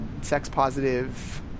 sex-positive